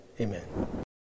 amen